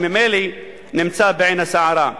שממילא נמצא בעין הסערה.